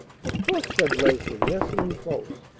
of course! said leslie, nestling close.